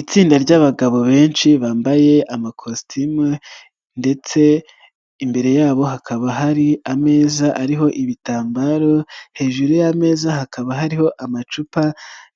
Itsinda ry'abagabo benshi bambaye amakositimu ndetse imbere yabo hakaba hari ameza ariho ibitambaro, hejuru y'ameza hakaba hariho amacupa